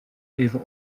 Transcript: even